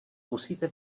musíte